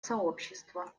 сообщества